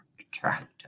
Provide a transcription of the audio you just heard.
attractive